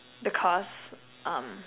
because um